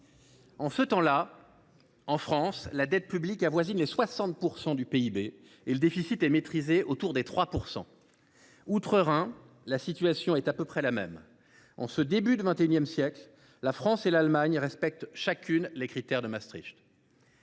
En ce temps là, en France, la dette publique avoisine les 60 % du PIB et le déficit est maîtrisé autour des 3 %. Outre Rhin, la situation est à peu près la même. En ce début du XXI siècle, la France et l’Allemagne respectent chacune les critères de Maastricht.